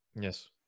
Yes